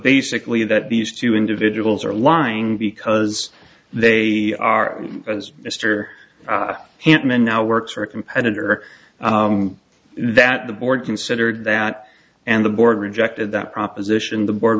basically that these two individuals are lying because they are as mr hickman now works for a competitor that the board considered that and the board rejected that proposition the board